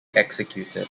executed